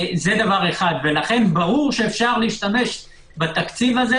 לכן ברור שאפשר להשתמש בתקציב הזה